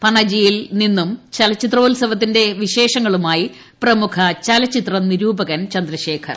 പനാജിയിൽ നിന്നും ചലച്ചിത്രോൽസവത്തിന്റെ വിശേഷങ്ങളുമായി പ്രമുഖ ചലച്ചിത്ര നിരൂപകൻ ചന്ദ്രശേഖർ